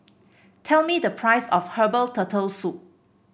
tell me the price of Herbal Turtle Soup